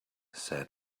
said